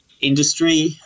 industry